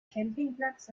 campingplatz